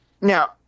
Now